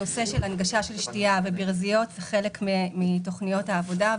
נושא הנגשת שתייה וברזיות הוא חלק מתוכניות העבודה.